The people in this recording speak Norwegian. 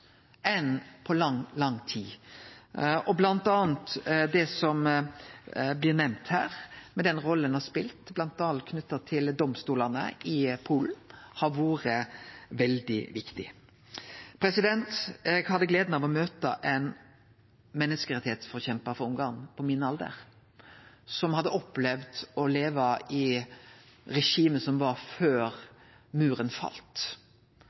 på lang, lang tid, bl.a. blir det som blir nemnt her om den rolla ein har spelt knytt til domstolane i Polen, veldig viktig. Eg hadde gleda av å møte ein menneskerettsforkjempar frå Ungarn, på min alder, som hadde opplevd å leve i regimet som var før Muren